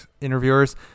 interviewers